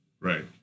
Right